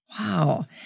Wow